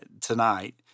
tonight